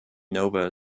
nova